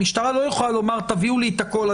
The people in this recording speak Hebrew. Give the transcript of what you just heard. המשטרה לא יכולה לומר: תביאו לי את הכול,